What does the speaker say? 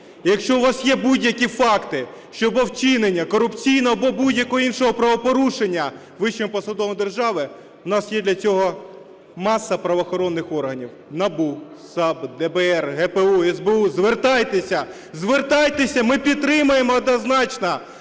Якщо у вас є будь-які факти щодо вчинення корупційного або будь-якого іншого правопорушення вищими посадовцями держави, в нас є для цього маса правоохоронних органів: НАБУ, САП, ДБР, ГПУ, СБУ. Звертайтесь, звертайтеся, ми підтримаємо однозначно,